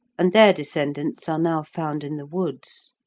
and their descendants are now found in the woods.